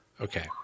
Okay